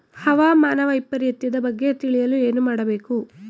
ಹವಾಮಾನ ವೈಪರಿತ್ಯದ ಬಗ್ಗೆ ತಿಳಿಯಲು ಏನು ಮಾಡಬೇಕು?